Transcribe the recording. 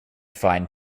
find